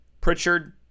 Pritchard